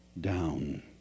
down